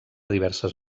diverses